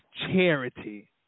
charity